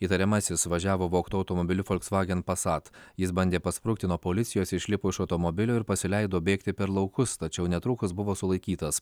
įtariamasis važiavo vogtu automobiliu volkswagen passat jis bandė pasprukti nuo policijos išlipo iš automobilio ir pasileido bėgti per laukus tačiau netrukus buvo sulaikytas